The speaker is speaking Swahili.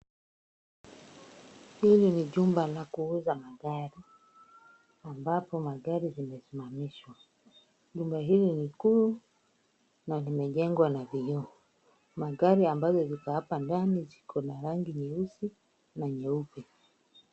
Hili ni jumba la kuuza magari, ambapo magari zimesimamishwa. Jumba hili ni kuu na limejengwa na vioo. Magari ambazo ziko hapa ndani ziko na rangi nyeusi na nyeupe.